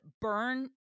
burn